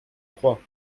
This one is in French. trois